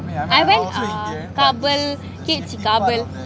I went uh bubble kids bubble